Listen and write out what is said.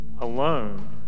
alone